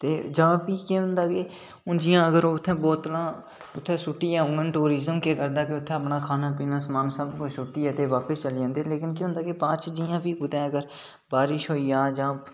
जां फ्ही केह् होंदा कि जियां उत्थै बोतलां सु'ट्टियै औङन ते टूरिजम केह् करदा कि उत्थै अपने खाने पीने दा समान सब किश सु'ट्टियै ते बापस चली जंदे ते केह् होंदा कि जि'यां बारिश होई जा तां